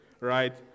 right